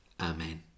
Amen